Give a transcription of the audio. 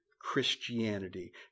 Christianity